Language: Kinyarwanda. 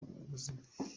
ubuzima